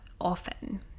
often